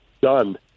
done